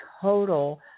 total